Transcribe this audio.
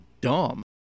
dumb